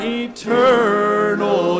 eternal